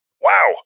wow